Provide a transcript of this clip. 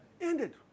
Ended